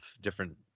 different